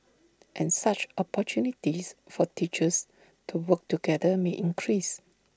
and such opportunities for teachers to work together may increase